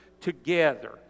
together